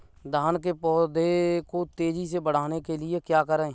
धान के पौधे को तेजी से बढ़ाने के लिए क्या करें?